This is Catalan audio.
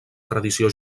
tradició